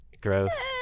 gross